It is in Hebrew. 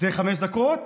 זה חמש דקות?